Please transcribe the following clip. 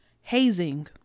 hazing